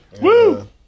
Woo